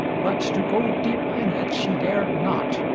but to go deep in it she dared not,